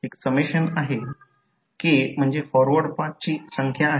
तर आता त्याचप्रमाणे समजा जर ही बाजू करंट i2 द्वारे एक्साईट केली तर आणि ही बाजू v1 L1 L2 ∅2 येथे असेल